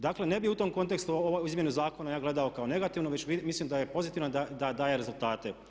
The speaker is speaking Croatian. Dakle, ne bih u tom kontekstu ove izmjene zakona ja gledao kao negativno već mislim da je pozitivno da daje rezultate.